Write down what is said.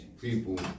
people